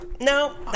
No